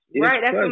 right